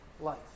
life